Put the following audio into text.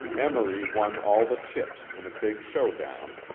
emory won all the chips, in a big show down,